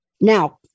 Now